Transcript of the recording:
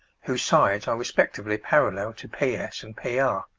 whose sides are respectively parallel to p s and p r.